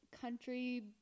country